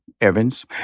Evans